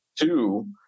Two